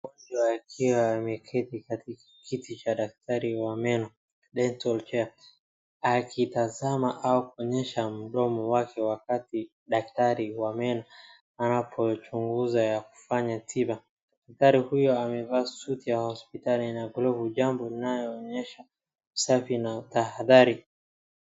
Mgonjwa akiwa ameketi katika kiti cha daktari wa meno, dental care , akitazama au kuonyesha mdomo wake wakati daktari wa meno anapochunguza ya kufanya tiba. Daktari huyu amevaa suti ya hospitali na ana glovu jambo inayoonyesha usafi na tahadhari.